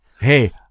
Hey